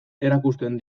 erakusten